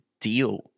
deal